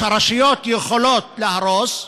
הרשויות יכולות להרוס,